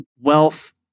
wealth